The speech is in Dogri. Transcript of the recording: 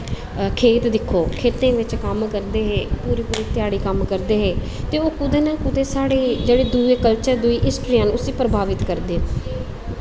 खेत दिक्खो खेत्तरें बिच्च कम्म करदे हे पूरी पूरी ध्याड़ी कम्म करदे हे ते ओह् कुतै ना कुतै साढ़े जेह्ड़े दुए कल्चर दुई हिस्ट्री उस्सी प्रभावत करदे